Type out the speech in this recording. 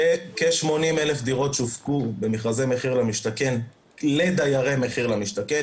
כ-80,000 דירות שווקו במכרזי מחיר למשתכן לדיירי מחיר למשתכן.